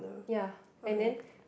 ya and then